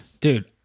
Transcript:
Dude